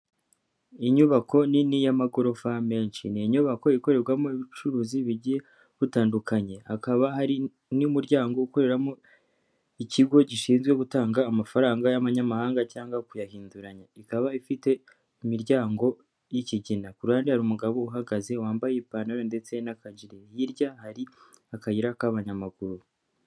Inyubako nini y'amagorofa menshi, ni inyubako ikorerwamo ubucuruzi bugiye butandukanye hakaba hari n'umuryango ukoreramo ikigo gishinzwe gutanga amafaranga y'abanyamahanga cyangwa kuyahinduranya, ikaba ifite imiryango y'kigina ku ruhande hari umugabo uhagaze wambaye ipantaro ndetse n'akajiri, hirya hari akayira k'abanyamaguru.